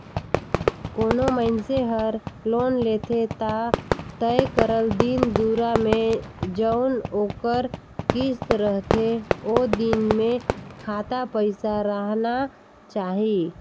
कोनो मइनसे हर लोन लेथे ता तय करल दिन दुरा में जउन ओकर किस्त रहथे ओ दिन में खाता पइसा राहना चाही